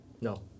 No